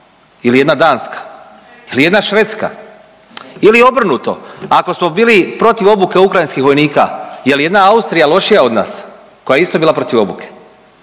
ili jedna Danska ili jedna Švedska ili je obrnuto, ako smo bili protiv obuke ukrajinskih vojnika, jel jedna Austrija lošija od nas koja je isto bila protiv obuke?